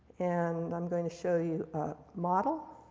and i'm going to show you a model.